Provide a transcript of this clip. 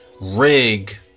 rig